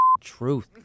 truth